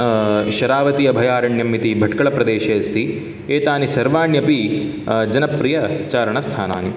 शरावति अभयारण्यम् इति भट्कळप्रदेशे अस्ति एतानि सर्वाण्यपि जनप्रियचारणस्थानानि